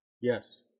Yes